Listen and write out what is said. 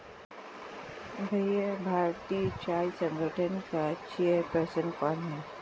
भैया भारतीय चाय संघ का चेयर पर्सन कौन है?